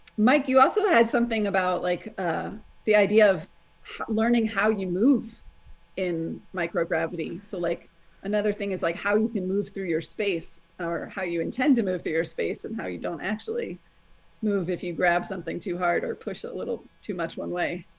mike, you also add something about like the idea of learning how you move in microgravity. so like another thing is like how you can move through your space or how you intend to move through your space and how you don't actually move if you grab something too hard or push it a little too much one way.